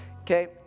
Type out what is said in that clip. okay